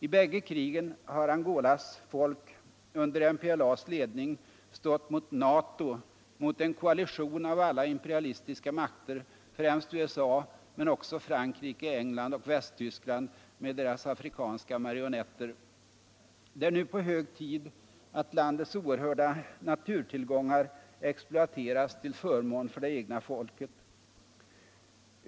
I bägge krigen har Angolas folk under MPLA:s ledning stått mot NATO, mot en koalition av alla imperialistiska makter, främst USA men också Frankrike, England och Västtyskland med deras afrikanska marionetter. Det är nu hög tid att landets oerhörda naturtillgångar exploateras till förmån för det egna folket.